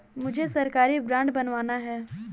मुझे सरकारी बॉन्ड बनवाना है